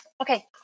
okay